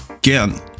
Again